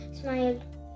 smiled